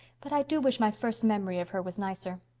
but i do wish my first memory of her was nicer.